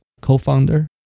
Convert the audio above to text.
co-founder